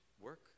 work